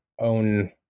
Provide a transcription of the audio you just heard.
own